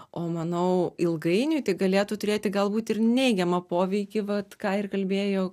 o manau ilgainiui tai galėtų turėti galbūt ir neigiamą poveikį vat ką ir kalbėjo